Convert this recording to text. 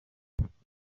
ifite